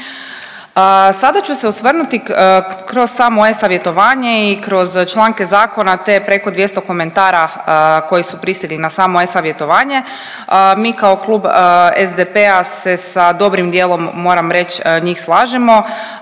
Sada ću se osvrnuti kroz samo e-savjetovanje i kroz članke zakona te preko 200 komentara koji su pristigli na samo e-savjetovanje. Mi kao klub SDP-a se sa dobrim dijelom, moram reći njih slažemo.